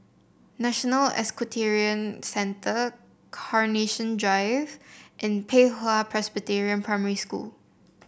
National Equestrian Centre Carnation Drive and Pei Hwa Presbyterian Primary School